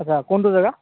আচ্ছা কোনটো জেগা